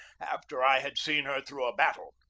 after i had seen her through a battle.